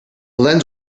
lens